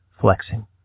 flexing